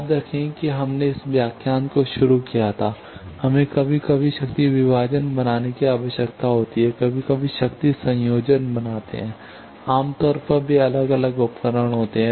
याद रखें कि हमने इस व्याख्यान को शुरू किया था कि हमें कभी कभी शक्ति विभाजन बनाने की आवश्यकता होती है कभी कभी शक्ति संयोजन बनाते हैं आमतौर पर वे अलग उपकरण होते हैं